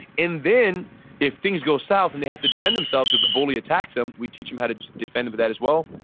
and then if things go south and they have to defend themselves if the bully attacks them, we teach them how to defend but that as well,